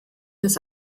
des